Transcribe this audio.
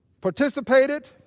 participated